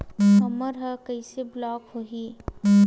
हमर ह कइसे ब्लॉक होही?